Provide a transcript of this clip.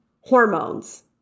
hormones